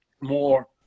more